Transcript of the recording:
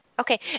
Okay